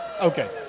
Okay